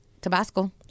Tabasco